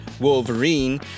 Wolverine